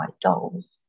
dolls